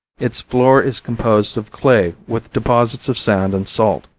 its floor is composed of clay with deposits of sand and salt.